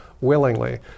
willingly